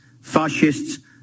fascists